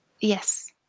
Yes